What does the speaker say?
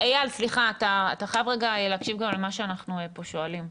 אתה חייב רגע להקשיב גם למה שאנחנו שואלים פה.